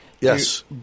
Yes